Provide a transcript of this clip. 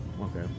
Okay